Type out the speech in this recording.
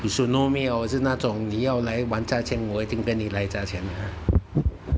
you should know me hor 我是那种你要来玩价钱我已经跟你来价钱的